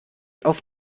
auf